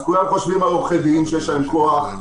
אז כולם חושבים על עורכי דין שיש להם כוח,